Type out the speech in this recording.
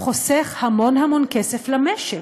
חוסך המון המון כסף למשק.